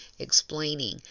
explaining